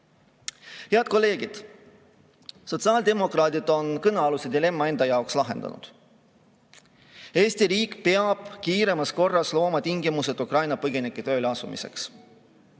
Head kolleegid! Sotsiaaldemokraadid on kõnealuse dilemma enda jaoks lahendanud. Eesti riik peab kiiremas korras looma tingimused Ukraina põgenike tööleasumiseks.